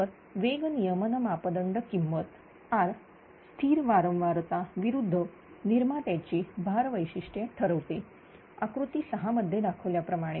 तर वेग नियमन मापदंड किंमत R स्थिर वारंवारता विरुद्ध निर्मात्याची भार वैशिष्ट्ये ठरवते आकृती 6 मध्ये दाखवल्याप्रमाणे